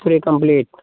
पूरे कम्प्लीट